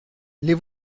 les